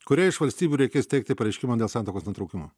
kurioj iš valstybių reikės teikti pareiškimą dėl santuokos nutraukimo